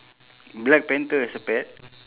black panther is a pet